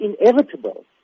inevitable